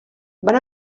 van